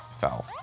Fell